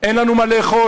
"אין לנו מה לאכול"?